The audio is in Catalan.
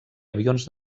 avions